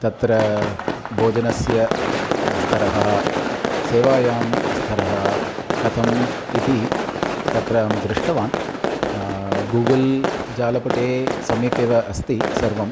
तत्र भोजनस्य स्तरः सेवायां स्तरः कथम् इति तत्र अहं दृष्टवान् गूगल् जालपुटे सम्यकेव अस्ति सर्वम्